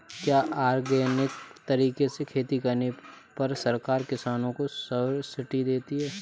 क्या ऑर्गेनिक तरीके से खेती करने पर सरकार किसानों को सब्सिडी देती है?